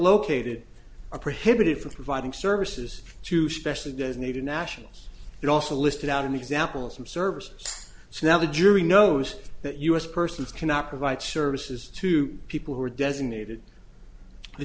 located a pretty hit from providing services to specially designated nationals it also listed out an example of some services so now the jury knows that u s persons cannot provide services to people who are designated the